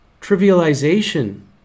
trivialization